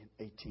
18